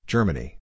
Germany